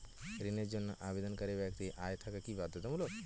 ঋণের জন্য আবেদনকারী ব্যক্তি আয় থাকা কি বাধ্যতামূলক?